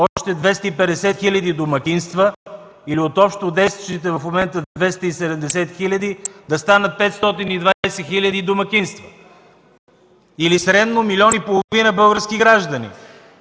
още 250 хиляди домакинства. Или от общо действащите в момента 270 хиляди да станат 520 хиляди домакинства, средно милион и половина български граждани.